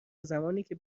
زمانیکه